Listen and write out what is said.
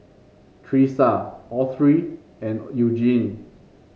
Tressa Autry and Eugene